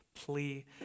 plea